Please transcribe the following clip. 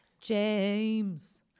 James